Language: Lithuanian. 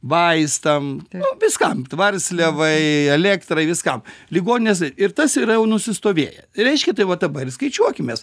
vaistam nu viskam tvarsliavai elektrai viskam ligoninėse ir tas yra jau nusistovėję reiškia tai va dabar ir skaičiuokimės